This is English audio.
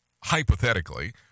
hypothetically